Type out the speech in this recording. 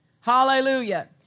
Hallelujah